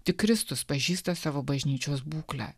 tik kristus pažįsta savo bažnyčios būklę